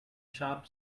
sharp